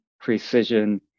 precision